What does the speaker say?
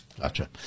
Gotcha